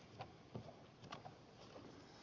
ihan ed